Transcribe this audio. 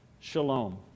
shalom